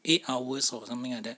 eight hours or something like that